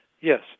yes